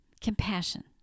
Compassion